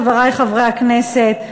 חברי חברי הכנסת,